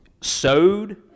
sowed